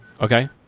Okay